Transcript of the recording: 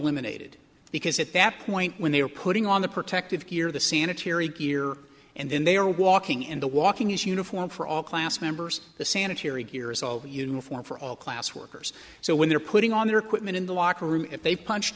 eliminated because at that point when they were putting on the protective gear the sanitary gear and then they are walking and the walking is uniform for all class members the sanitary gear is all uniform for all class workers so when they're putting on their equipment in the locker room if they punched